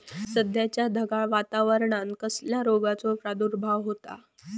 सध्याच्या ढगाळ वातावरणान कसल्या रोगाचो प्रादुर्भाव होता?